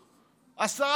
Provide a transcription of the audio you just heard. עשרה מוקדים.